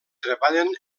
treballen